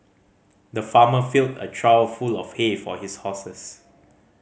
the farmer filled a trough full of hay for his horses